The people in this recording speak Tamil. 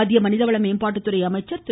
மத்திய மனிதவள மேம்பாட்டுத்துறை அமைச்சர் திரு